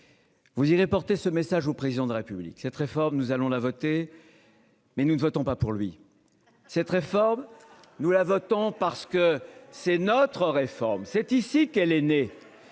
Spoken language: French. Vous irez porter ce message au président de la République, cette réforme nous allons la voter. Mais nous ne votons pas pour lui. Cette réforme. Nous la votants parce que c'est notre réforme c'est ici qu'elle est née.